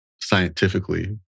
scientifically